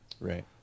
Right